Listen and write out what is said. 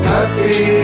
Happy